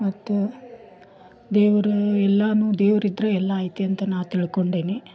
ಮತ್ತು ದೇವ್ರೇ ಎಲ್ಲನೂ ದೇವರಿದ್ರೆ ಎಲ್ಲ ಐತಿ ಅಂತ ನಾ ತಿಳ್ಕೊಂಡೆನಿ